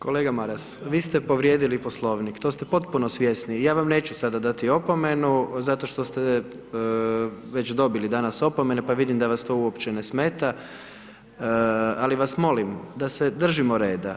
Kolega Maras, vi ste povrijedili poslovnik, to ste potpuno svjesni i ja vam neću sada dati opomenu, zato što ste već dobili danas opomenu, pa vidim da vas to uopće ne smeta, ali vas molim, da se držimo reda.